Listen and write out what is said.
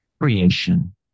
Creation